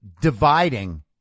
dividing